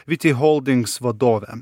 vyty holdings vadove